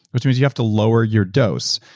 which means you have to lower your dose.